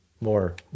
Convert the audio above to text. more